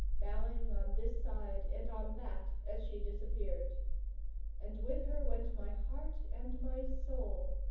bowing on this side and on that as she disappeared and with her went my heart and my soul,